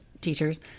teachers